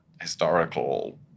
historical